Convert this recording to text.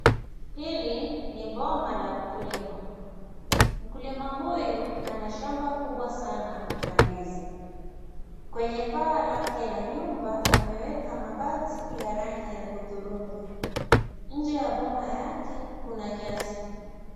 Hili ni boma la mkulima, mkulima huyu ana shamba kubwa sana la ndizi, kwenye paa lake la nyumba ameweka mabati ya hudhurungi , nje ya boma lake kuna nyasi.